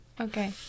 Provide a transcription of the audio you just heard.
okay